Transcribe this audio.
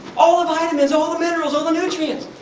all the vitamins, all the minerals all the nutrients.